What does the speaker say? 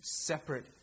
separate